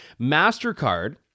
MasterCard